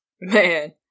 man